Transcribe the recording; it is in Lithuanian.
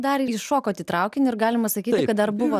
dar įšokot į traukinį ir galima sakyti kad dar buvo